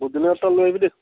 vote jolokia দুটা লৈ আহিবি দেই